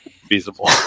feasible